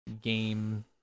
game